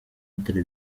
rutare